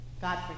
God